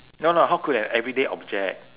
no lah how could an everyday object